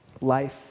life